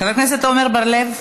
חבר הכנסת עמר בר-לב,